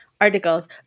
Articles